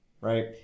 right